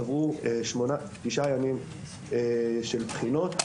עברו תשעה ימים של בחינות,